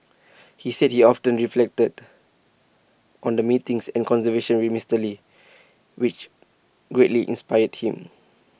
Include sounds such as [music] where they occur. he said he often reflected on the meetings and [unintelligible] with Mister lee which greatly inspired him